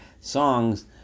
songs